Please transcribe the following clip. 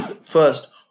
first